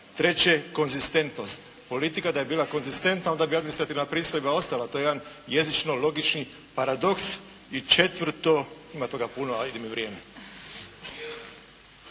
Treće konzistentnost. Politika da bi bila konzistentna onda bi administrativna pristojba ostala. To je jedan jezično logični paradoks i četvrto. Ima toga puno, a ide mi vrijeme.